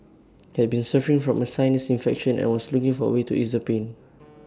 had been suffering from A sinus infection and was looking for A way to ease the pain